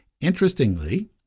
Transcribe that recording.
Interestingly